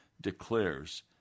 declares